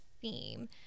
theme